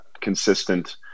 consistent